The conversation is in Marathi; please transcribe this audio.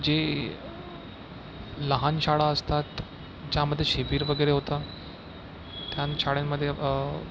जे लहान शाळा असतात ज्यामध्ये शिबीर वगैरे होतं त्या शाळांमध्ये